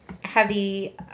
heavy